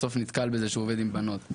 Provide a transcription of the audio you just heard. בסוף נתקל בזה שהוא עובד עם בנות.